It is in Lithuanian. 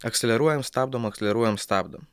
akceleruojam stabdom akceleruojam stabdom